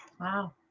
Wow